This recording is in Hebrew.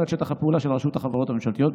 את שטח הפעולה של רשות החברות הממשלתיות.